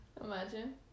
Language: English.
Imagine